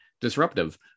disruptive